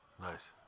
Nice